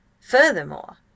Furthermore